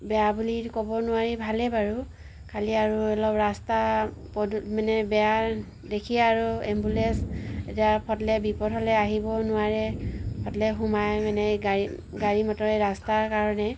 বেয়া বুলি ক'ব নোৱাৰি ভালেই বাৰু খালি আৰু অলপ ৰাস্তা পদূ মানে বেয়া দেখিয়ে আৰু এম্বুলেন্স এতিয়া ফটলে বিপদ হ'লে আহিবও নোৱাৰে ফটলে সোমাই মানে গাড়ী গাড়ী মটৰে ৰাস্তাৰ কাৰণে